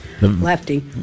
Lefty